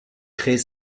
créer